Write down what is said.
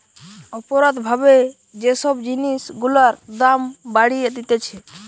অপরাধ ভাবে যে সব জিনিস গুলার দাম বাড়িয়ে দিতেছে